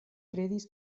kredis